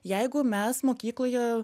jeigu mes mokykloje